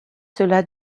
cela